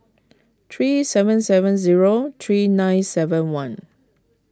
three seven seven zero three nine seven one